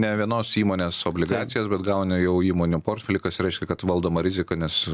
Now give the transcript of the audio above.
ne vienos įmonės obligacijas bet gauni jau įmonių portfelį kas reiškia kad valdoma rizika nes